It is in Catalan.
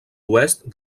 oest